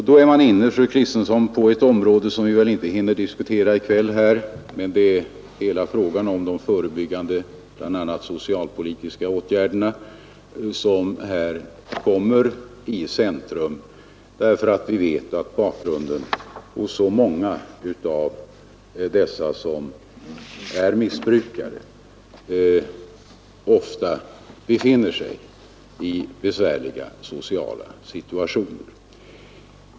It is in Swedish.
Då är man, fru Kristensson, inne på ett område som vi väl inte hinner diskutera i kväll här, nämligen frågan om de förebyggande socialpolitiska åtgärder na, som kommer i centrum därför att vi vet att många av dem som är missbrukare ofta befinner sig i besvärliga sociala situationer.